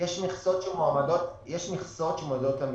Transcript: מכסות שמועמדות למשרדים.